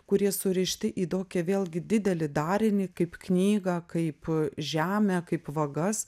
kurie surišti į tokį vėlgi didelį darinį kaip knygą kaip žemę kaip vagas